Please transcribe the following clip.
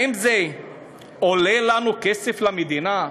האם זה עולה לנו כסף, למדינה?